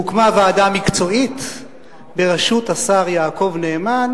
הוקמה ועדה מקצועית בראשות השר יעקב נאמן